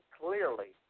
clearly